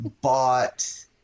bought